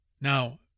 Now